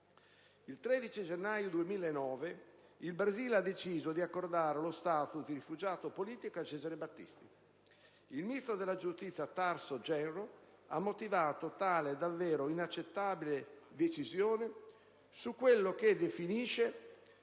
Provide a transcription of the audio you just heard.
Il 13 gennaio 2009 il Brasile ha deciso di accordare lo *status* di rifugiato politico a Cesare Battisti. Il ministro della giustizia Tarso Genro ha motivato tale davvero inaccettabile decisione su quello che definisce